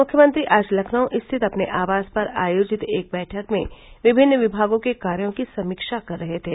मुख्यमंत्री आज लखनऊ स्थित अपने आवास पर आयोजित एक बैठक में विभिन्न विभागों के कार्यो की समीक्षा कर रहे थे